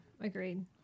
agreed